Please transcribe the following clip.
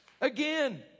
again